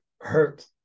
hurt